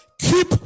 Keep